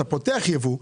אתה פותח יבוא,